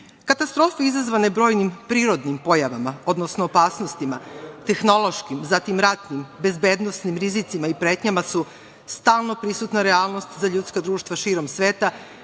zadesila. Katastrofe izazvane brojnim prirodnim pojavama, odnosno opasnostima tehnološkim, zatim ratnim, bezbednosnim rizicima i pretnjama su stalno prisutna realnost za ljudska društva širom sveta